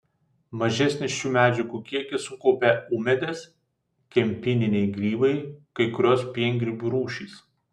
mažesnį šių medžiagų kiekį sukaupia ūmėdės kempininiai grybai kai kurios piengrybių rūšys